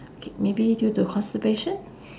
K maybe due to constipation